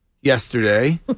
yesterday